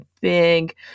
big